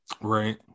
Right